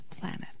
planet